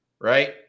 Right